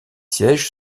sièges